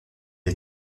est